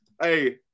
Hey